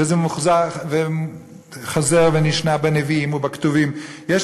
וזה חוזר ונשנה בנביאים ובכתובים.